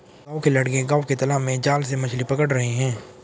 गांव के लड़के गांव के तालाब में जाल से मछली पकड़ रहे हैं